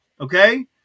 Okay